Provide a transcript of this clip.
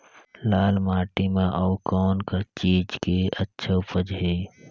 लाल माटी म अउ कौन का चीज के अच्छा उपज है?